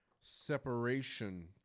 separation